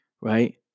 right